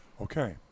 okay